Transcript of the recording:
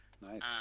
Nice